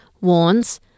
warns